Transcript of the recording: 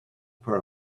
pair